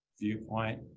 viewpoint